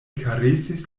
karesis